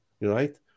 right